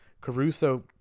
Caruso